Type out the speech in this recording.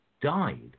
died